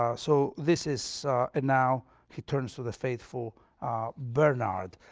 um so this is and now he turns to the faithful bernard.